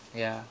ya